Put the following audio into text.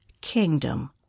kingdom